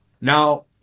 Now